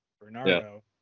Bernardo